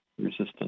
resistance